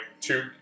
two